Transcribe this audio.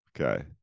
okay